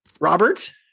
Robert